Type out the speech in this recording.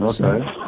Okay